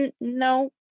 No